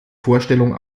vorstellung